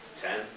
Ten